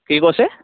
কি কৈছে